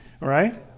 Right